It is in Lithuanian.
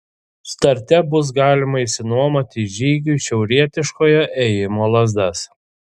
starte bus galima išsinuomoti žygiui šiaurietiškojo ėjimo lazdas